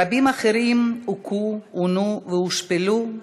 רבים אחרים הוכו, עונו והושפלו.